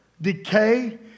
decay